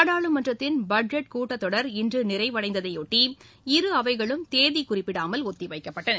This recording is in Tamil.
நாடாளுமன்றத்தின் பட்ஜெட் கூட்டத் தொடர் இன்று நிறைவடைந்ததையொட்டி இரு அவைகளும் தேதி குறிப்பிடாமல் ஒத்திவைக்கப்பட்டன